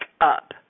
up